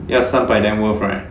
要三百 then worth right